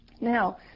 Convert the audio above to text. Now